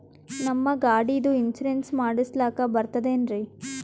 ನಮ್ಮ ಗಾಡಿದು ಇನ್ಸೂರೆನ್ಸ್ ಮಾಡಸ್ಲಾಕ ಬರ್ತದೇನ್ರಿ?